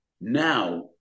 now